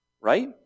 right